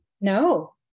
No